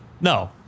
no